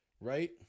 right